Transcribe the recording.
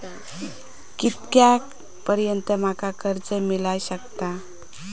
कितक्या पर्यंत माका कर्ज मिला शकता?